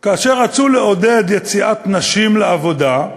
כאשר רצו לעודד יציאת נשים לעבודה,